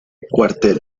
cuartel